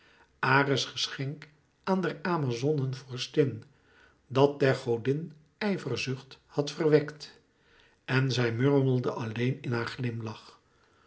ares geschenk aan der amazonen vorstin dat der godin ijverzucht had verwekt en zij murmelde alleen in haar glimlach